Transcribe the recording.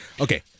Okay